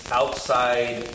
outside